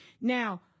Now